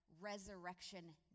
resurrection